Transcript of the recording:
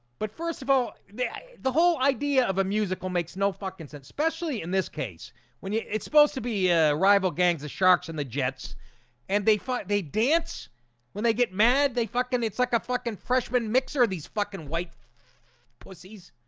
but first of all the whole idea of a musical makes no fucking sense especially in this case when you it's supposed to be ah rival gangs the sharks and the jets and they fight they dance when they get mad they fucking it's like a fucking freshman mixer these fucking white pussies